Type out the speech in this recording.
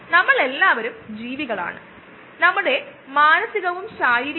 മൂന്നാമത്തെ തരം ഞാൻ നിങ്ങൾക്ക് മുൻപിൽ അവതരിപ്പിക്കാൻ ആഗ്രഹികുന്നത് ഒരു പാക്കഡ് ബെഡ് ബയോറിയാക്ടർ ആണ്